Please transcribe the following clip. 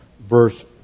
verse